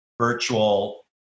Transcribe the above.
virtual